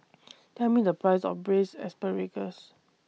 Tell Me The Price of Braised Asparagus